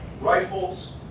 rifles